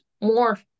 more